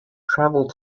travel